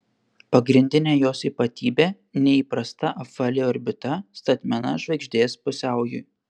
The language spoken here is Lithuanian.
pagrindinė jos ypatybė neįprasta apvali orbita statmena žvaigždės pusiaujui